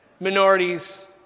minorities